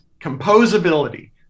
composability